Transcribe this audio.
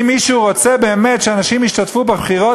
אם מישהו רוצה באמת שאנשים ישתתפו בבחירות,